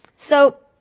so,